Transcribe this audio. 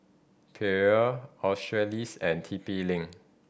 Perrier Australis and T P Link